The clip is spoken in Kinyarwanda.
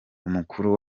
umukuru